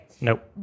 nope